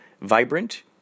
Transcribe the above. Vibrant